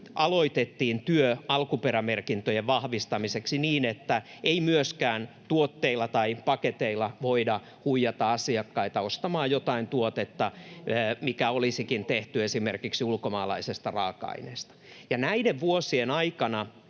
aloitettiin työ alkuperämerkintöjen vahvistamiseksi niin, että myöskään tuotteilla tai paketeilla ei voida huijata asiakkaita ostamaan jotain tuotetta, mikä olisikin tehty esimerkiksi ulkomaalaisesta raaka-aineesta. Näiden vuosien aikana